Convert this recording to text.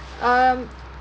um